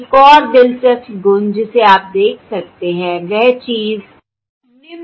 एक और दिलचस्प गुण जिसे आप देख सकते हैं वह चीज निम्न प्रकार है